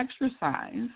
exercise